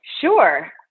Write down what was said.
Sure